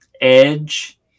Edge